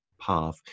path